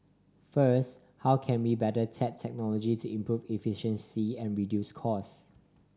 first how can we better tap technology to improve efficiency and reduce cost